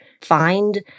Find